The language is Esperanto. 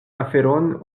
aferon